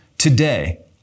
Today